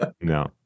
no